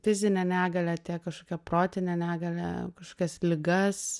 fizinę negalią tiek kažkokią protinę negalią kažkokias ligas